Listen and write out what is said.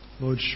Lord